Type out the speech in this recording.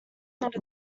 not